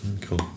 cool